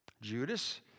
Judas